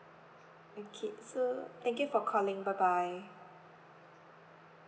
okay so thank you for calling bye bye